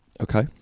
Okay